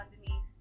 underneath